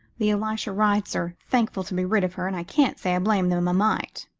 the elisha wrights are thankful to be rid of her, and i can't say i blame them a mite.